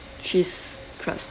cheese crust